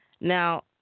Now